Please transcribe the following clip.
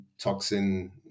toxin